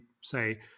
say